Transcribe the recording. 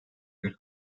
bir